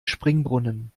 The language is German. springbrunnen